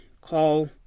Call